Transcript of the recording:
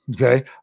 okay